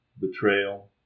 Betrayal